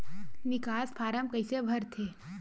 निकास फारम कइसे भरथे?